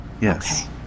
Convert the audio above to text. Yes